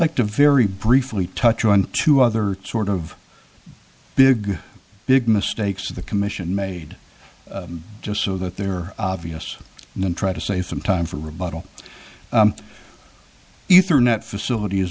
like to very briefly touch on two other sort of big big mistakes the commission made just so that they're obvious and then try to save some time for rebuttal ether net facilities